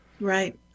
Right